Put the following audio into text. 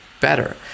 better